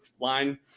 line